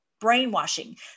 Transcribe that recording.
brainwashing